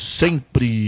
sempre